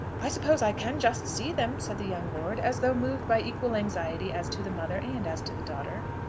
i suppose i can just see them, said the young lord, as though moved by equal anxiety as to the mother and as to the daughter.